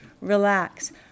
Relax